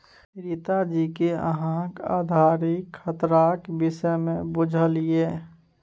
रीता जी कि अहाँक उधारीक खतराक विषयमे बुझल यै?